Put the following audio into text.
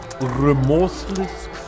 remorseless